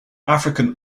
african